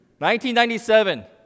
1997